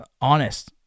honest